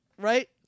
Right